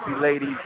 ladies